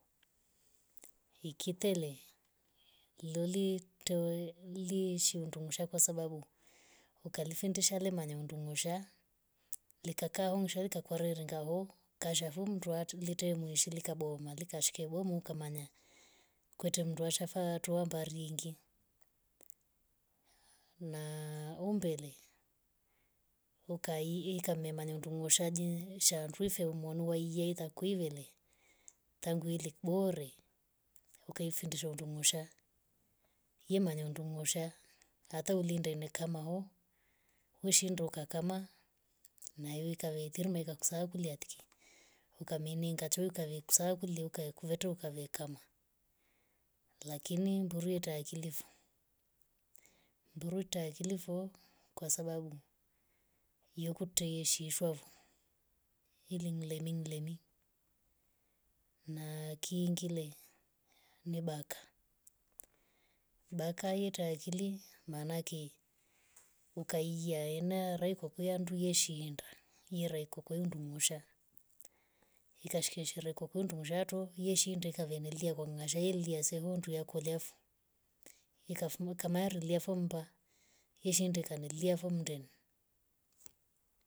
Loli toe li shi nduingusha kwasababu ukalifundisha lemanyama ndungusha likaka hungisha utakwere ngahao ngasha vu mndwa litemeshwa lika boma likoshke bomoka manya kwetye mndwa shafaa twa mbaringi na umbere ukai eee kam memanya tungushadji shanduruve umoni wai ye kwivile tangu ilek boree. ukafundisha ndungusha ye manya ndungusha hata ulinde ni kama ho hushinduka kama naye ikaweiye itingma kusahau kuliakte ukaminga cho ukaviksau kuliwoka. ukaveto ukavie kaina lakini mburu etea akili vo. mburu tae akili vo kwasababu yuko taeshi shi shwavo iling lening leni na kingile ni baka. baka yetae akili maana ake ukai ye ana rai kwakuyandu yeshinda yera kwakioundu ndungushe ikashika shika rokoku nduv nzchato yeshinda ikave neliya kwa ngashairi lia sehontu yakorefu ikafuma marir yefuma yeshin